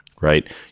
right